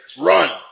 run